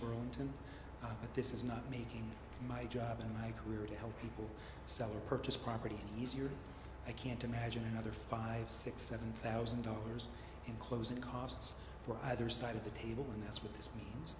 burlington but this is not making my job in my career to help people sell or purchase property easier i can't imagine another five six seven thousand dollars in closing costs for either side of the table and that's what this means